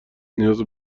نیاز